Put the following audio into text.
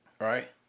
Right